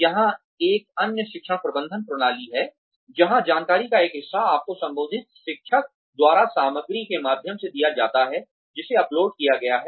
यह एक अन्य शिक्षण प्रबंधन प्रणाली है जहां जानकारी का एक हिस्सा आपको संबंधित शिक्षक द्वारा सामग्री के माध्यम से दिया जाता है जिसे अपलोड किया गया है